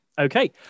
Okay